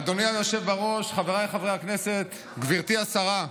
אדוני היושב בראש, חבריי חברי הכנסת, גברתי השרה,